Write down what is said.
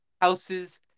Houses